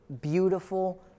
beautiful